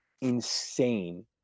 insane